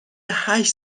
هشت